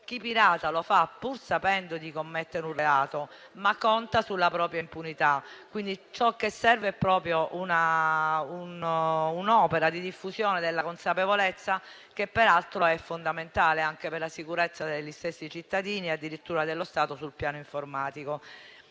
chi pirata lo fa pur sapendo di commettere un reato, ma conta sulla propria impunità, quindi ciò che serve è proprio un'opera di diffusione della consapevolezza, che peraltro è fondamentale anche per la sicurezza degli stessi cittadini, addirittura dello Stato sul piano informatico.